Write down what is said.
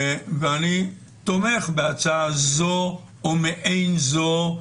ואני תומך בהצעה זו או מעין זו,